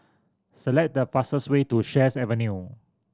select the fastest way to Sheares Avenue